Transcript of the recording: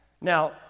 Now